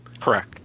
Correct